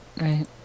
right